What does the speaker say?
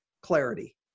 Clarity